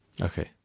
Okay